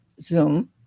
Zoom